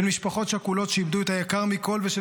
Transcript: של משפחות שכולות שאיבדו את היקר מכול ושל